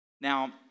Now